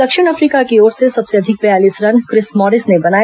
दक्षिण अफ्रीका की ओर से सबसे अधिक बयालीस रन क्रिस मॉरिस ने बनाए